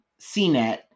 CNET